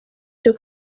cyo